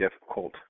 difficult